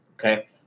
Okay